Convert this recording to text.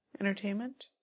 Entertainment